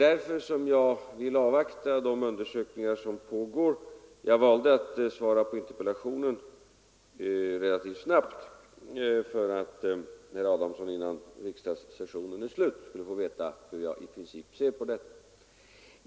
Därför vill jag avvakta de undersökningar som pågår. Jag valde att svara relativt snabbt på interpellationen för att herr Adamsson före riksdagssessionens slut skulle få veta hur jag i princip ser på detta.